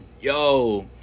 Yo